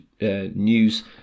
news